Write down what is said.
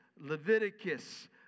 Leviticus